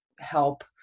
help